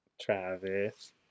Travis